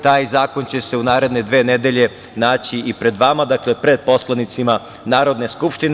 Taj zakon će se u naredne dve nedelje naći i pred vama, pred poslanicima Narodne skupštine.